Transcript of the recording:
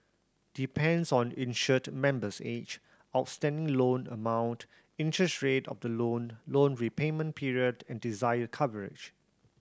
depends on insured member's age outstanding loan amount interest rate of the loan loan repayment period and desired coverage